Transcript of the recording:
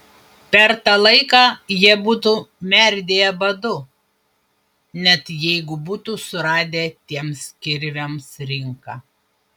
per tą laiką jie būtų merdėję badu net jeigu būtų suradę tiems kirviams rinką